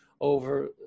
over